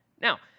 Now